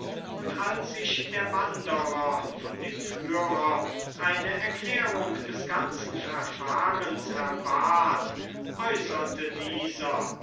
und als sich der wanderer von dem führer eine erklärung des ganzen verfahrens erbat äußerte dieser